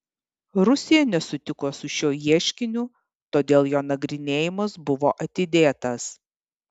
rusija nesutiko su šiuo ieškiniu todėl jo nagrinėjimas buvo atidėtas